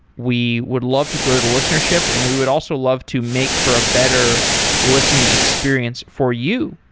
we would love to grow the listenership and we would also love to make for a better listening experience for you.